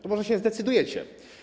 To może się zdecydujecie?